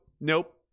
nope